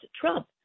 Trump